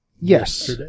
Yes